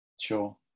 Sure